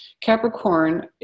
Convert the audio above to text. Capricorn